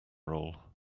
roll